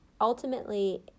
ultimately